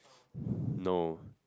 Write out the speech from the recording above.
no